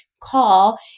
call